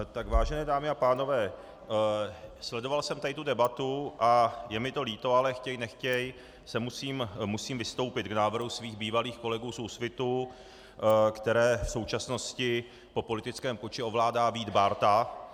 Tak vážené dámy a pánové, sledoval jsem tady tu debatu a je mi to líto, ale chtěj nechtěj musím vystoupit k návrhu svých bývalých kolegů z Úsvitu, které v současnosti po politickém puči ovládá Vít Bárta.